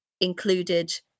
included